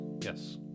Yes